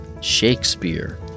Shakespeare